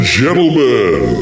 gentlemen